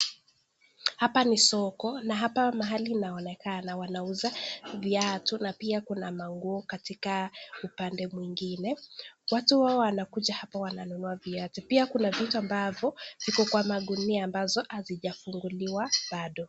Hapa ni soko na hapa mahali inaonekana wanauza viatu na pia kuna manguo katika upande mwingine, watu huwa wanakuja hapa wananunua viatu pia kuna vitu ambavo ziko kwa magunia ambazo hazijafunguliwa bado.